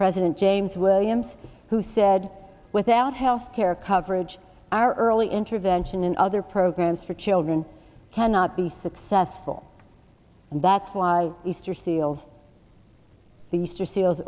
president james williams who said without health care coverage our early intervention and other programs for children cannot be successful and that's why easter seals the easter seals